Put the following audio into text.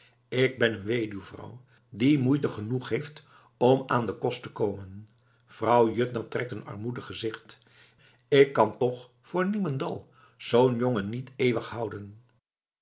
ik ben een weduwvrouw die moeite genoeg heeft om aan den kost te komen vrouw juttner trekt een armoedig gezicht gezicht ik kan toch voor niemendal zoo'n jongen niet eeuwig houden